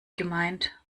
gemeint